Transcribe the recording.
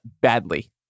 badly